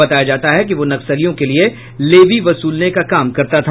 बताया जाता है कि वह नक्सलियों के लिये लेवी वसूलने का काम करता था